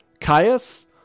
Caius